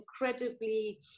incredibly